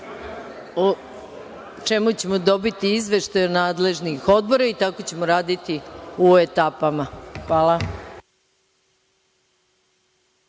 ćemo dobiti od nadležnih odbora i tako ćemo raditi u etapama. Hvala